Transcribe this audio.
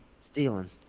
Stealing